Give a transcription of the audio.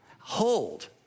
hold